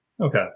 Okay